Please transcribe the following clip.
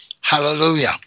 Hallelujah